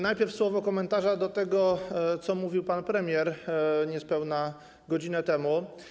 Najpierw słowo komentarza do tego, co mówił pan premier niespełna godzinę temu.